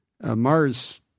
Mars